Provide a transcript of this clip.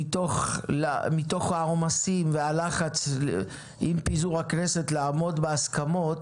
מתוך העומסים והלחץ עם פיזור הכנסת לעמוד בהסכמות